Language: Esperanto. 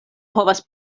povas